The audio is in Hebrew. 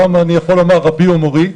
ואני יכול לומר גם רבי ומורי,